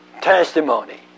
testimony